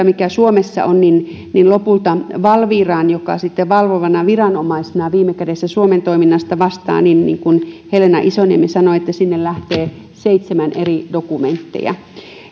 mikä suomessa on lopulta lähtee valviraan joka sitten valvovana viranomaisena viime kädessä suomen toiminnasta vastaa niin niin kuin helena isoniemi sanoi seitsemän eri dokumenttia